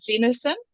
venison